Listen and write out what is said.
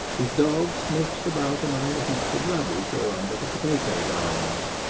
his dog sniffs about among the heaps of rubbish or under the potato-vines.